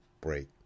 break